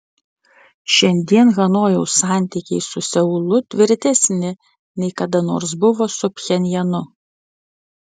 šiandien hanojaus santykiai su seulu tvirtesni nei kada nors buvo su pchenjanu